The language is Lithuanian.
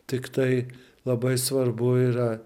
tiktai labai svarbu yra